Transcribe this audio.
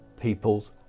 people's